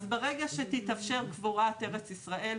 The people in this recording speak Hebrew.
אז ברגע שתתאפשר קבורת ארץ ישראל,